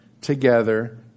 together